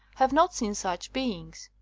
have not seen such beings.